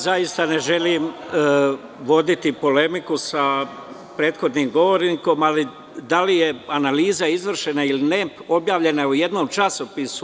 Zaista ne želim voditi polemiku sa prethodnim govornikom, ali da je analiza izvršena ili ne, objavljena je u jednom časopisu.